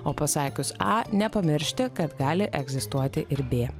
o pasakius a nepamiršti kad gali egzistuoti ir b